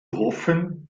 hoffen